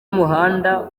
umuhanda